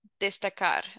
destacar